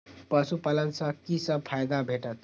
पशु पालन सँ कि सब फायदा भेटत?